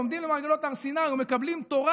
ועומדים למרגלות הר סיני ומקבלים תורה.